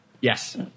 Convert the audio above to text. Yes